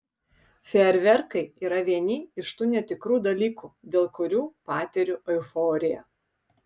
fejerverkai yra vieni iš tų netikrų dalykų dėl kurių patiriu euforiją